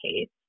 case